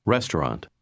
Restaurant